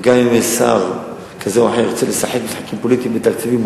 וגם אם יש שר כזה או אחר שרוצה לשחק משחקים פוליטיים בתקציבים,